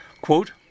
Quote